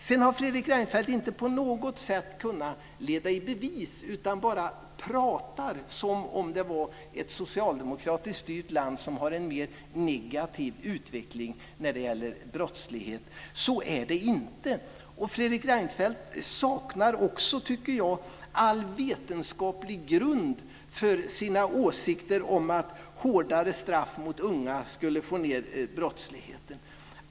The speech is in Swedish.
Sedan har Fredrik Reinfeldt inte på något sätt kunnat leda i bevis, utan han bara pratar som om det vore så att ett socialdemokratiskt styrt land har en mer negativ utveckling när det gäller brottsligheten. Så är det inte. Fredrik Reinfeldt saknar också all vetenskaplig grund för sina åsikter om att hårdare straff för unga skulle få ned brottsligheten.